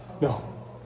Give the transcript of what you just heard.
No